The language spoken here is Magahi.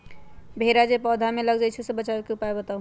भेरा जे पौधा में लग जाइछई ओ से बचाबे के उपाय बताऊँ?